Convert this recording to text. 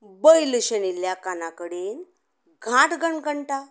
बैल शेणिल्ल्या काना कडेन घाट घणघणटा